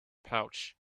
pouch